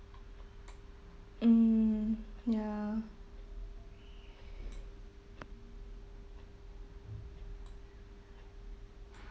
mm ya